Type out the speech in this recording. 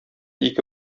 ике